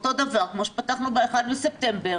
אותו דבר כמו שפתחנו ב-1 לספטמבר,